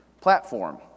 platform